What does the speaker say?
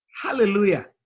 hallelujah